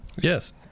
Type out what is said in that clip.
yes